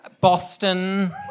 Boston